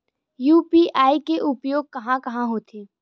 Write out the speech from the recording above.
UPI के उपयोग कहां कहा होथे?